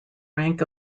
rank